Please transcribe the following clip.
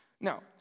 Now